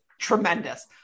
tremendous